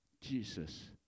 Jesus